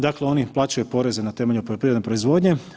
Dakle oni plaćaju poreze na temelju poljoprivredne proizvodnje.